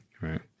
right